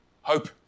hope